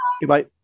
goodbye